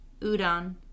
udon